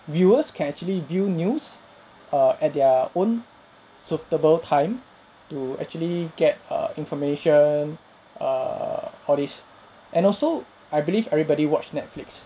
viewers can actually view news err at their own suitable time to actually get err information err all this and also I believe everybody watch netflix